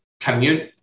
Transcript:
commute